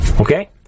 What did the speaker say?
Okay